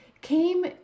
came